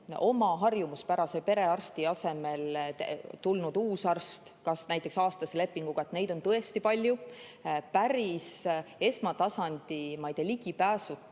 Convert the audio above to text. oma harjumuspärase perearsti asemele tulnud uus arst, kas näiteks aastase lepinguga, on tõesti palju. Päris esmatasandi ligipääsuta